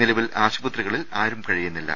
നിലവിൽ ആശുപ ത്രിയിൽ ആരും കഴിയുന്നില്ല